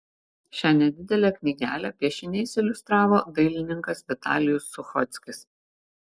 šią nedidelę knygelę piešiniais iliustravo dailininkas vitalijus suchockis